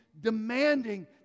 demanding